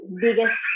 biggest